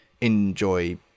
enjoy